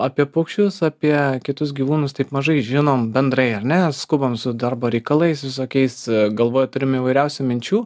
apie paukščius apie kitus gyvūnus taip mažai žinom bendrai ar ne skubam su darbo reikalais visokiais galvoj turim įvairiausių minčių